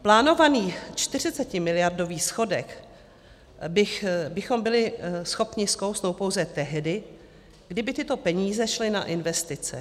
Plánovaný 40miliardový schodek bychom byli schopni skousnout pouze tehdy, kdyby tyto peníze šly na investice.